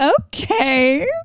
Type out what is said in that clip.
okay